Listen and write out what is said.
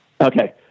Okay